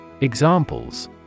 Examples